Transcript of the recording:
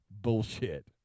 bullshit